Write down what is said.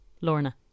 Lorna